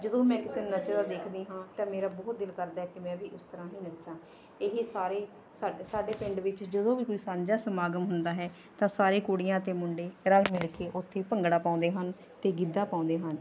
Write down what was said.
ਜਦੋਂ ਮੈਂ ਕਿਸੇ ਨੂੰ ਨੱਚਦਾ ਦੇਖਦੀ ਹਾਂ ਤਾਂ ਮੇਰਾ ਬਹੁਤ ਦਿਲ ਕਰਦਾ ਕਿ ਮੈਂ ਵੀ ਇਸ ਤਰ੍ਹਾਂ ਹੀ ਨੱਚਾਂ ਇਹ ਸਾਰੇ ਸਾਡੇ ਸਾਡੇ ਪਿੰਡ ਵਿੱਚ ਜਦੋਂ ਵੀ ਸਾਂਝਾ ਸਮਾਗਮ ਹੁੰਦਾ ਹੈ ਤਾਂ ਸਾਰੀਆਂ ਕੁੜੀਆਂ ਅਤੇ ਮੁੰਡੇ ਰਲ ਮਿਲ ਕੇ ਉੱਥੇ ਭੰਗੜਾ ਪਾਉਂਦੇ ਹਨ ਅਤੇ ਗਿੱਧਾ ਪਾਉਂਦੇ ਹਨ